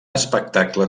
espectacle